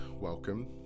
welcome